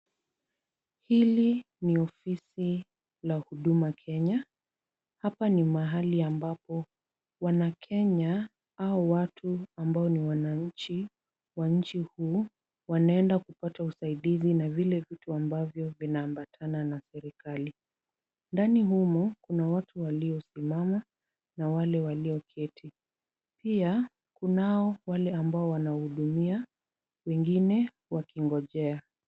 Hili ni ofisi la huduma Kenya. Hapa ni mahali ambapo wanakenya au watu ambao ni wananchi wa nchi huu wanaenda kupata usaidizi na vile vitu ambavyo vinaambatana na serikali. Ndani humo kuna watu waliosimama na wale walio keti. Pia kunao wale ambao wanahudumia, wengine wakingojea.